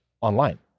online